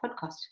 podcast